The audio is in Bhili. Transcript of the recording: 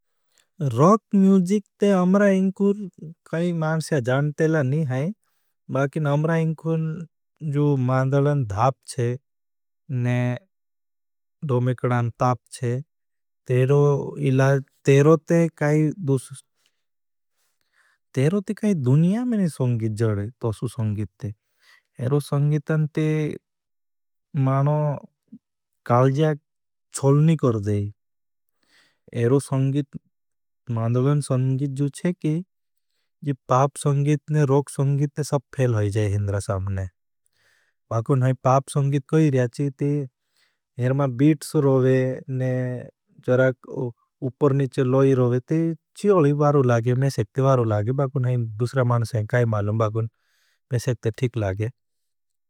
रोक मूजिक ते अमरा इंखुर काई माणस्या जानतेला नहीं है। बाकिन अम्रा इंखुर जू मादलन धाप छे। ने डोमेकडान ताप छे। तेरो ते काई दुनिया मेंने संगीत जड़े। तो सु संगीत थे। एरो संगीतन ते मानो कालजिया छोल नहीं कर दे। मादलन संगीत जू छे कि पाप संगीतने रोक संगीतने सब फेल होई जाए हिंदरा सापने। बाकिन हैं पाप संगीत कोई र्याची थे। हेर मां बीट सु रोवे ने जड़ा उपर नीचे लोई रोवे थे। बाकिन हैं दूसरा मान संगीत काई मालों बाकिन में सकते ठीक लागे।